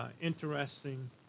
interesting